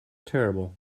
terrible